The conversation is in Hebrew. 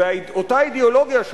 ואותה אידיאולוגיה,